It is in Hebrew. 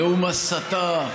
נאום הסתה,